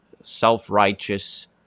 self-righteous